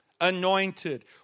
Anointed